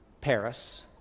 Paris